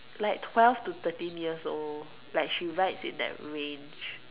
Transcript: like twelve to thirteen years old like she writes in that range